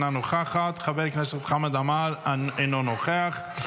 אינה נוכחת, חבר הכנסת חמד עמאר, אינו נוכח.